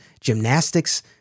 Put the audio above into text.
gymnastics